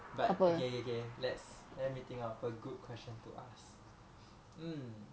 but okay okay let's let me think of a good question to ask mm